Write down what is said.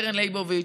קרן לייבוביץ',